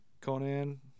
Conan